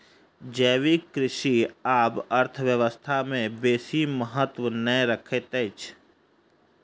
जैविक कृषि आब अर्थव्यवस्था में बेसी महत्त्व नै रखैत अछि